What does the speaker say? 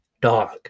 Dog